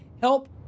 help